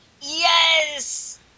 Yes